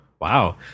wow